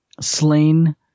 Slain